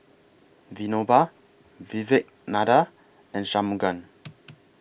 Vinoba Vivekananda and Shunmugam